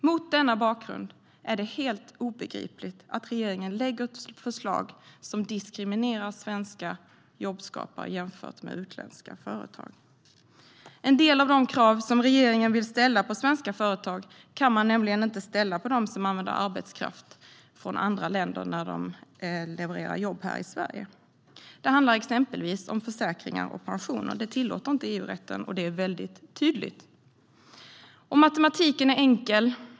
Mot denna bakgrund är det helt obegripligt att regeringen lägger fram ett förslag som diskriminerar svenska jobbskapare jämfört med utländska företag. En del av de krav som regeringen vill ställa på svenska företag kan man nämligen inte ställa på dem som använder arbetskraft från andra länder när de levererar jobb här i Sverige. Det handlar exempelvis om försäkringar och pensioner. Det tillåter inte EU-rätten, och det är mycket tydligt. Matematiken är enkel.